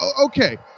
okay